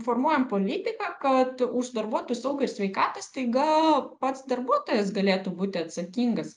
formuojam politiką kad už darbuotojų saugą ir sveikatą staiga pats darbuotojas galėtų būti atsakingas